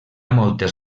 moltes